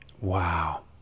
Wow